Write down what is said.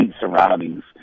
surroundings